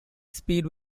speed